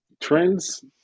trends